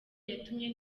yatumye